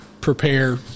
prepare